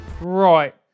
Right